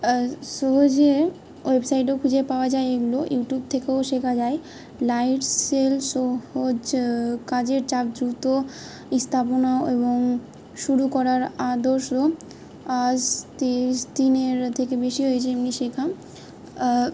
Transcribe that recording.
সহজে ওয়েবসাইটও খুঁজে পাওয়া যায় এগুলো ইউটিউব থেকেও শেখা যায় লাইট সেল সহজ কাজের যুক্ত ইস্থাপনা এবং শুরু করার আদর্শ আজ তেইশ দিনের থেকে বেশি হয়েছে এমনি শেখান